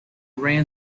ran